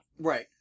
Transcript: right